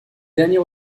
dernier